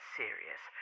serious